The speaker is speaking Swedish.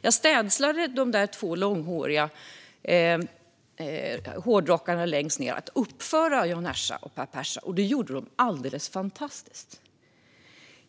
Jag städslade de två långhåriga hårdrockarna att uppföra Jan Ersa och Per Persa . Det gjorde de alldeles fantastiskt.